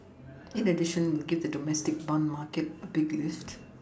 in addition it give the domestic bond market a big lift